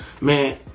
man